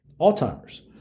Alzheimer's